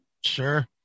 sure